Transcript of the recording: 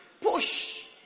Push